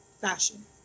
fashion